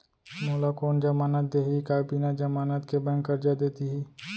मोला कोन जमानत देहि का बिना जमानत के बैंक करजा दे दिही?